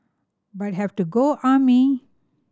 but have to go army